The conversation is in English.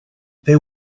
they